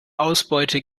ausbeute